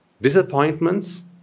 Disappointments